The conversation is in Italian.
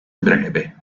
breve